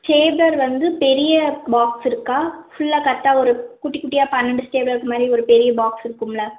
stapler வந்து பெரிய box இருக்கா ஃபுல்லாக கரெக்டாக ஒரு குட்டி குட்டியாக பன்னெண்டு ஸ்டேப்ளர் இருக்கமாதிரி ஒரு பெரிய பாக்ஸ் இருக்கும்ல